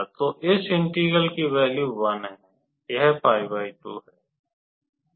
तो इस इंटेग्रल की वैल्यू 1 है यह 𝜋2 है